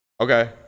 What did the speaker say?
Okay